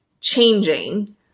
changing